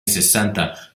sessanta